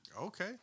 Okay